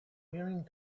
wearing